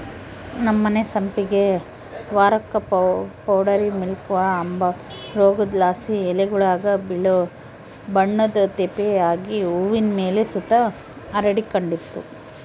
ನಮ್ಮನೆ ಸಂಪಿಗೆ ಮರುಕ್ಕ ಪೌಡರಿ ಮಿಲ್ಡ್ವ ಅಂಬ ರೋಗುದ್ಲಾಸಿ ಎಲೆಗುಳಾಗ ಬಿಳೇ ಬಣ್ಣುದ್ ತೇಪೆ ಆಗಿ ಹೂವಿನ್ ಮೇಲೆ ಸುತ ಹರಡಿಕಂಡಿತ್ತು